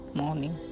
morning